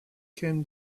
ken